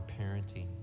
parenting